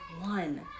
one